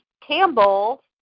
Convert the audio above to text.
Campbell